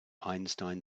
einstein